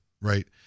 right